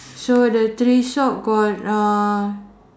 so the three sock got uh